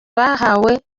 bahawe